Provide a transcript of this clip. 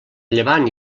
llevant